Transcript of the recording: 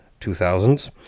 2000s